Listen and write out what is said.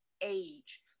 age